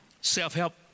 Self-help